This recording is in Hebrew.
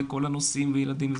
אז